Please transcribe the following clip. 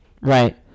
Right